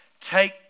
take